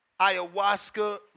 Ayahuasca